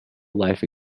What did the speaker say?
life